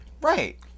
right